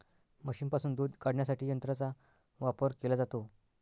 म्हशींपासून दूध काढण्यासाठी यंत्रांचा वापर केला जातो